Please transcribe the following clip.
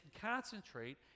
concentrate